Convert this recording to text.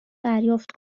دریافت